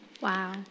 Wow